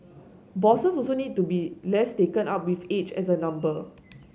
bosses also need to be less taken up with age as a number